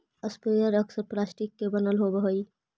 sprayer अक्सर plastic के बनल होवऽ हई